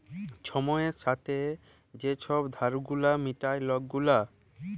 ছময়ের ছাথে যে ছব ধার গুলা মিটায় লক গুলা